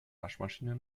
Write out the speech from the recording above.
waschmaschine